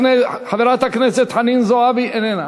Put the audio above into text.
חברת הכנסת חנין זועבי, איננה.